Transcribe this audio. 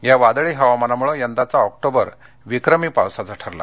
या वादळी हवामानामुळे यंदाचा आक्टोबर विक्रमी पावसाचा ठरला